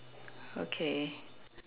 okay